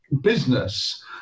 business